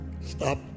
Stop